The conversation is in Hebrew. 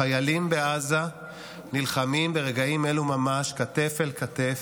חיילים בעזה נלחמים ברגעים אלו ממש כתף אל כתף,